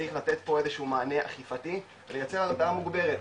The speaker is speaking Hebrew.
צריך לתת פה מענה אכיפתי ולייצר הרתעה מוגברת,